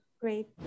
Great